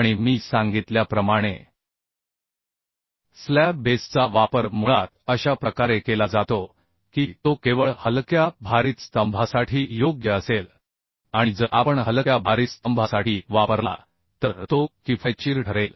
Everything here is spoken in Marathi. आणि मी सांगितल्याप्रमाणे स्लॅब बेसचा वापर मुळात अशा प्रकारे केला जातो की तो केवळ हलक्या भारित स्तंभासाठी योग्य असेल आणि जर आपण हलक्या भारित स्तंभासाठी वापरला तर तो किफायतशीर ठरेल